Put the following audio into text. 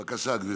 בבקשה, גברתי.